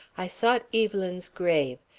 i sought evelyn's grave,